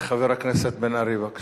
חבר הכנסת מיכאל בן-ארי, בבקשה.